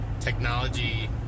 technology